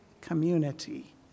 community